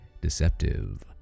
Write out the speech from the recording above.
deceptive